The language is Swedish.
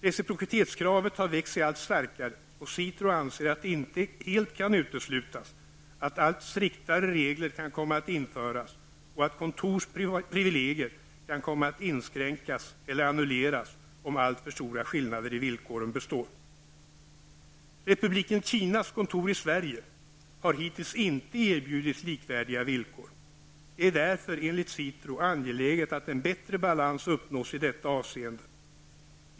Reciprocitetskravet har växt sig allt starkare, och SITRO anser att det inte helt kan uteslutas att allt striktare regler kan komma att införas och att kontors privilegier kan komma att inskränkas eller annulleras om alltför stora skillnader i villkoren består. Republiken Kinas kontor i Sverige har hittills inte erbjudits likvärdiga villkor. Det är därför enligt SITRO angeläget att en bättre balans uppnås i detta avseende.